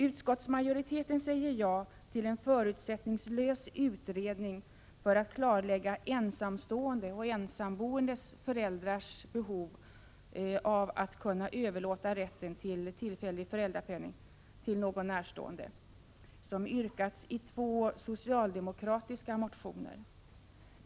Utskottsmajoriteten säger ja till en förutsättningslös utredning för att klarlägga ensamstående och ensamboende föräldrars behov av att kunna överlåta rätten till tillfällig föräldrapenning till någon närstående, så som yrkas i två socialdemokratiska motioner.